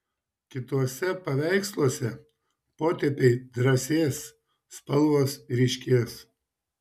kituose paveiksluose potėpiai drąsės spalvos ryškės